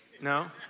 No